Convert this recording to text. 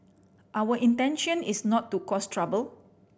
our intention is not to cause trouble